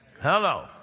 Hello